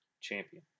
Champion